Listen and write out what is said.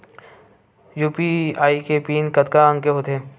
UPI के PIN कतका अंक के होथे?